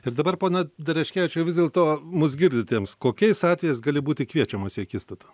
ir dabar pone dereškevičiau vis dėlto mus girdintiems kokiais atvejais gali būti kviečiamas į akistatą